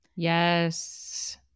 Yes